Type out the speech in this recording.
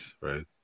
right